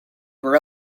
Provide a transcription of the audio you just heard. were